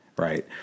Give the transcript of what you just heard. Right